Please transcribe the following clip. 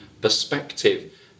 perspective